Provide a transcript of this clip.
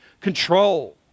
control